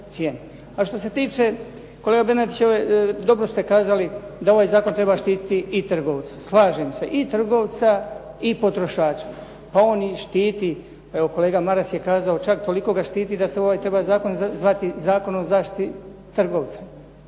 A što se tiče kolega Bernardić dobro ste kazali da ovaj zakon treba štititi i trgovca. Slažem se i trgovca i potrošača. Pa on štiti, pa evo kolega Maras je kazao, čak toliko ga štiti da se ovaj zakon treba zvati zakon o zaštiti trgovca